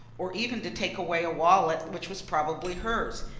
or even to take away a wallet which was probably hers.